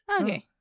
Okay